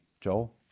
Joel